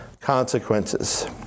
consequences